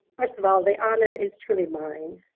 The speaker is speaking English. first of all, the honor is truly mine.